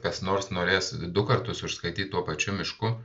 kas nors norės du kartus užskaityt tuo pačiu mišku